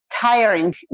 tiring